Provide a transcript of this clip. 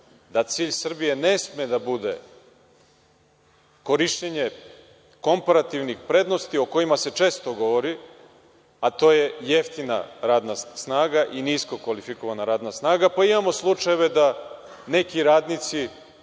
da cilj Srbije ne sme da bude korišćenja komparativnih prednosti o kojima se često govori, a to je jeftina radna snaga i nisko kvalifikovana radna snaga, pa imamo slučajeve da neki radnici